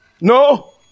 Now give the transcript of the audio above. No